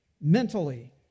mentally